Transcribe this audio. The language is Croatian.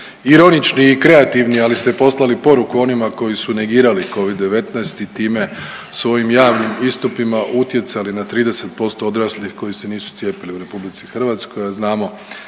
ironični i kreativni, ali ste poslali poruku onima koji su negirali covid-19 i time svojim javnim istupima utjecali na 30% odraslih koji se nisu cijepili u RH, a znamo